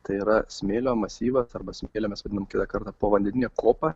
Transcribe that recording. tai yra smėlio masyvas arba smėlio mes vadinam kitą kartą povandeninė kopa